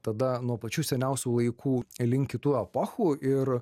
tada nuo pačių seniausių laikų link kitų epochų ir